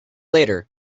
later